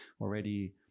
already